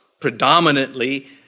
predominantly